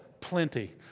plenty